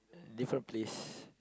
different place